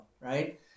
right